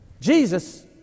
Jesus